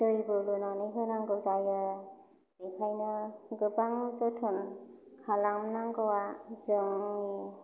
दैबो लुनानै होनांगौ जायो बेखायनो गोबां जोथोन खालामनांगौवा जोंनि